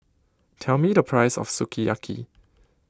tell me the price of Sukiyaki